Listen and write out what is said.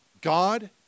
God